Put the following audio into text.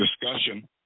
discussion